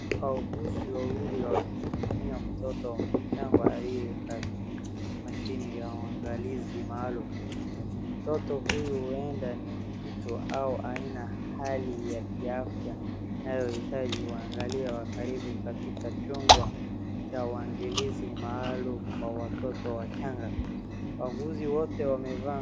Wauguzi wawili wakimhudumia mtoto mchanga aliye katika mashini ya uangalizi maalum. Mtoto huyu huenda ni mvito au aina hali ya kiafya inayohitaji uangalifu wa karibu kaatika chumba cha uangalizi maalum kwa watoto wachanga, wauguzi wote wamevaa.